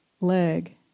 leg